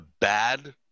bad